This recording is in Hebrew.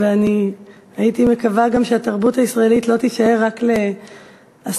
הייתי מקווה שהתרבות הישראלית לא תישאר רק לעסקים,